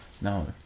No